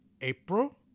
April